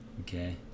Okay